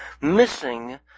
missing